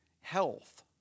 health